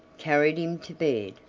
carried him to bed,